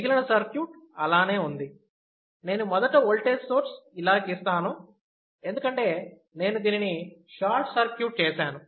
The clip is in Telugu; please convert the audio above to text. మిగిలిన సర్క్యూట్ అలానే ఉంది నేను మొదటి ఓల్టేజ్ సోర్స్ ఇలా గీస్తాను ఎందుకంటే నేను దీనిని షార్ట్ సర్క్యూట్ చేశాను